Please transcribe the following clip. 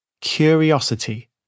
Curiosity